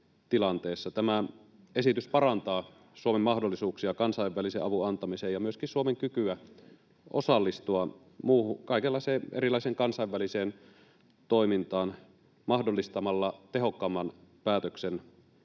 Tämä esitys parantaa Suomen mahdollisuuksia kansainvälisen avun antamiseen ja myöskin Suomen kykyä osallistua kaikenlaiseen erilaiseen kansainväliseen toimintaan mahdollistamalla tehokkaamman päätöksenteon.